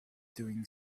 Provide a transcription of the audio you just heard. doing